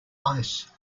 ice